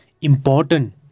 important